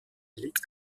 liegt